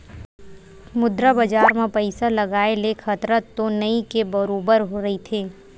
मुद्रा बजार म पइसा लगाय ले खतरा तो नइ के बरोबर रहिथे